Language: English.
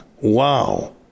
wow